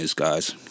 Guys